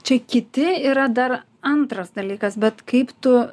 čia kiti yra dar antras dalykas bet kaip tu